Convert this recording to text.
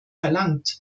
verlangt